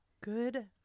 Good